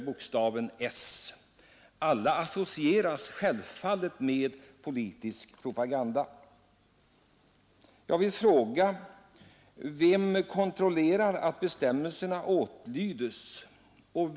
Självfallet uppfattar alla detta som partipolitisk propaganda. Vem kontrollerar att de bestämmelser som finns för reklamen verkligen åtlyds?